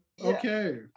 Okay